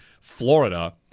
Florida